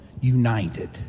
united